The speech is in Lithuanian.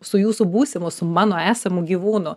su jūsų būsimu su mano esamu gyvūnu